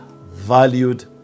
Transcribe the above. valued